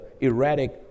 erratic